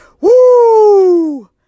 woo